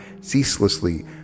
ceaselessly